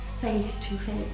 face-to-face